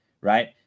right